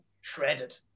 shredded